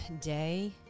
day